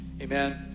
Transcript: amen